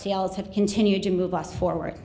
seals have continued to move us forward